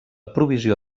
provisió